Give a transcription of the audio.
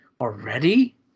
Already